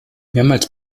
mehrmals